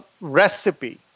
recipe